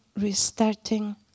restarting